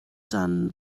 dan